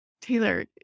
Taylor